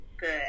Good